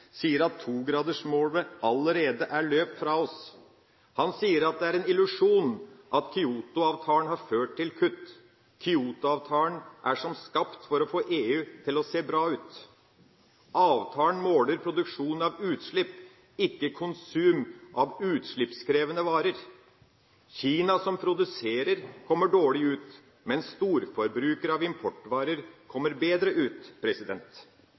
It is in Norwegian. sier at «togradersmålet er allerede løpt fra oss». Han sier at det er «en illusjon at Kyoto-avtalen har ført til kutt», og at «Kyoto-avtalen er som skapt for å få EU til å se bra ut». Videre sier han: «Avtalen måler produksjon av utslipp, ikke konsum av utslippskrevende varer.» Kina, som produserer, kommer dårlig ut, mens storforbrukere av importvarer kommer bedre ut.